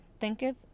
thinketh